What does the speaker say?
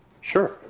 Sure